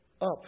up